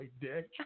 dick